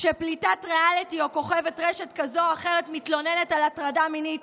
כשפליטת ריאליטי או כוכבת רשת כזו או אחרת מתלוננת על הטרדה מינית,